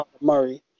Murray